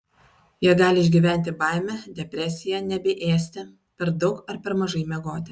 jie gali išgyventi baimę depresiją nebeėsti per daug ar per mažai miegoti